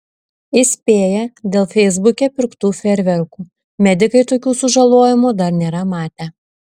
įspėja dėl feisbuke pirktų fejerverkų medikai tokių sužalojimų dar nėra matę